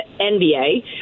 NBA